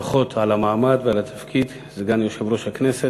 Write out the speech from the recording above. ברכות על המעמד ועל התפקיד, סגן יושב-ראש הכנסת.